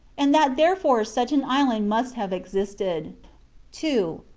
and that therefore such an island must have existed two.